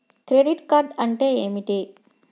Credit card అంటే ఏమిటి?